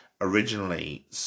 Originally